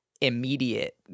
immediate